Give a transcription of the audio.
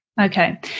Okay